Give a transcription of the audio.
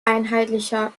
einheitlicher